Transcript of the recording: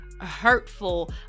hurtful